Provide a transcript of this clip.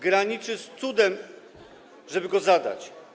Graniczy z cudem, żeby je zadać.